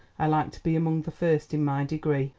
i like to be among the first in my degree.